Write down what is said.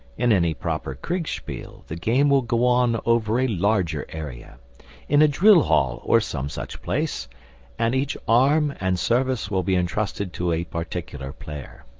in any proper kriegspiel the game will go on over a larger area in a drill-hall or some such place and each arm and service will be entrusted to a particular player.